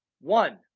One